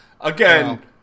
Again